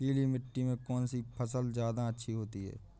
पीली मिट्टी में कौन सी फसल ज्यादा अच्छी होती है?